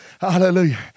Hallelujah